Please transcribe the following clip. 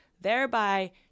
thereby